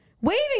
Waving